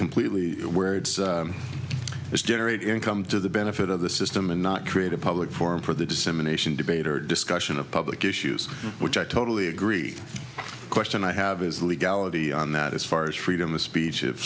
completely where it is generate income to the benefit of the system and not create a public forum for the dissemination debate or discussion of public issues which i totally agree question i have is legality on that as far as freedom of speech if